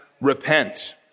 repent